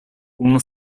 kun